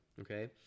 okay